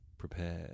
prepared